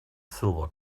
silver